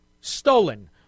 stolen